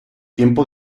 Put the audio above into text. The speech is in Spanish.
tiempo